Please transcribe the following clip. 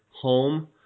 home